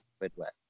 Midwest